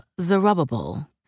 Zerubbabel